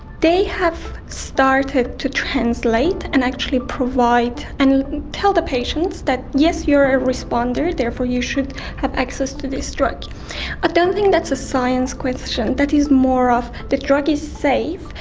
they have started to translate and actually provide and tell the patients that, yes, you are a responder, therefore you should have access to this drug. i don't think that's a science question, that is more of the drug is safe,